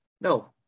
No